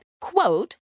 quote